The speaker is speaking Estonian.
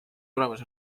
tulemus